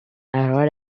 are